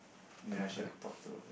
ya she will talk to